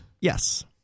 Yes